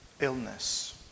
illness